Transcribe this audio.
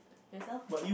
youself